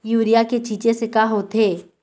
Urea के छींचे से का होथे?